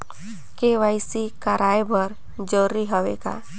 KYC कराय बर जरूरी हवे का?